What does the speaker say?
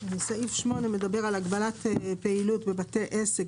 8 עד 11 סעיף 8 דיבר על הגבלת פעילות בבתי עסק,